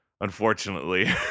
unfortunately